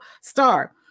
Star